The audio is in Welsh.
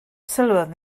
sylwodd